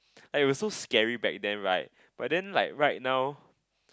and it was so scary back then right but then like right now